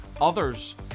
others